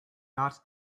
not